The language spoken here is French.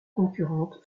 concurrente